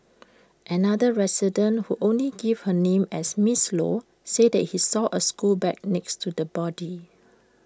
another resident who only gave her name as miss low said she saw A school bag next to the body